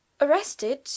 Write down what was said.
Arrested